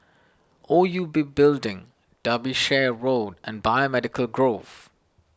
O U B Building Derbyshire Road and Biomedical Grove